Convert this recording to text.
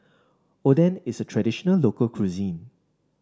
Oden is a traditional local cuisine